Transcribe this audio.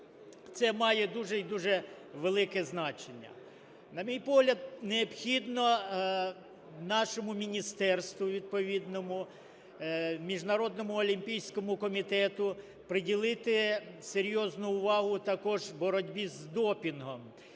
це має дуже і дуже велике значення. На мій погляд, необхідно нашому міністерству відповідному, Міжнародному олімпійському комітету приділити серйозну увагу також боротьбі з допінгом